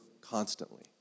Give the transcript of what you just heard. constantly